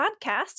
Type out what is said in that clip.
Podcast